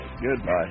goodbye